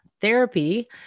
therapy